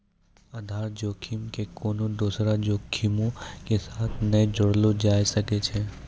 आधार जोखिम के कोनो दोसरो जोखिमो के साथ नै जोड़लो जाय सकै छै